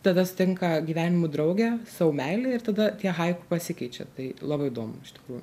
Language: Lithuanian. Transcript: tada sutinka gyvenimo draugę savo meilę ir tada tie haiku pasikeičia tai labai įdomu iš tikrųjų